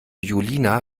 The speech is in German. julina